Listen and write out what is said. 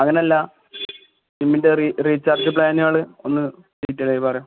അങ്ങനല്ല സിമ്മിൻ്റെ re recharge പ്ലാനുകൾ ഒന്ന് ഡീറ്റയിലായി പറയോ